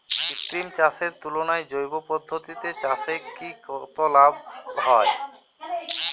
কৃত্রিম চাষের তুলনায় জৈব পদ্ধতিতে চাষে কত লাভ হয়?